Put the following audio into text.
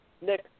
Nick